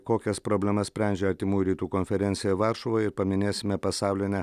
kokias problemas sprendžia artimųjų rytų konferencijoje varšuvoje ir paminėsime pasaulinę